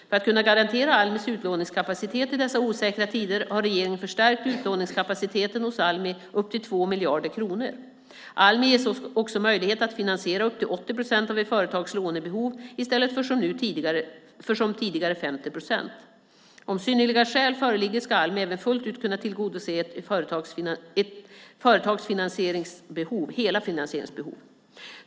För att kunna garantera Almis utlåningskapacitet i dessa osäkra tider har regeringen förstärkt utlåningskapaciteten hos Almi upp till 2 miljarder kronor. Almi ges också möjlighet att finansiera upp till 80 procent av ett företags lånebehov i stället för som tidigare 50 procent. Om synnerliga skäl föreligger ska Almi även fullt ut kunna tillgodose ett företags hela finansieringsbehov.